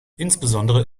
insbesondere